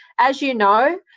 as you know,